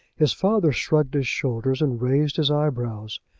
his father shrugged his shoulders and raised his eyebrows.